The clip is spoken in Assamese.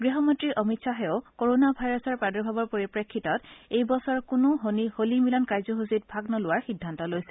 গৃহমন্ত্ৰী অমিত খাহেও কৰোনা ভাইৰাছৰ প্ৰাদুৰ্ভাৱৰ পৰিপ্ৰেক্ষিতত এইবছৰ কোনো হোলী মিলন কাৰ্য্যসূচীত ভাগ নোলোৱাৰ সিদ্ধান্ত লৈছে